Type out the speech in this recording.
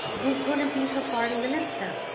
who's gonna be her foreign minister?